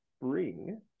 spring